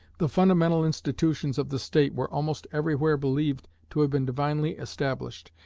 the fundamental institutions of the state were almost everywhere believed to have been divinely established,